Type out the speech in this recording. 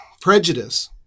prejudice